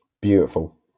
Beautiful